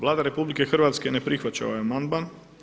Vlada RH ne prihvaća ovaj amandman.